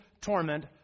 torment